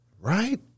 Right